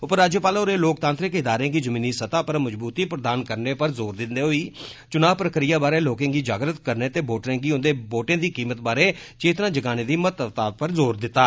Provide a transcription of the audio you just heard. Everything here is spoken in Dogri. उपराज्यपाल होरें लोकतांत्रिक इदारें गी जमीनी सतह पर मजबूती प्रदान करने पर जोर दिन्दे होई चुंनाव प्रक्रिया बारै लोकें गी जागृत करने ते वोटरें गी उंदे वोटें दी कीमत बारै चेतना देने दी महत्वत्ता पर जोर दित्ता